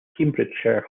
cambridgeshire